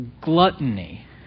Gluttony